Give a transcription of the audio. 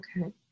Okay